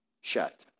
shut